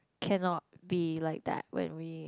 cannot be like that when we